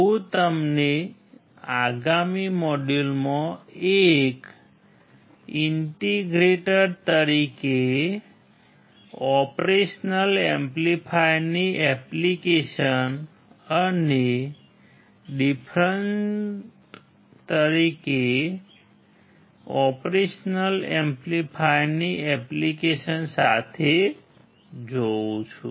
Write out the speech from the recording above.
હું તમને આગામી મોડ્યુલમાં એક ઇન્ટિગ્રેટર તરીકે ઓપરેશનલ એમ્પ્લીફાયરની એપ્લિકેશન સાથે જોઉં છું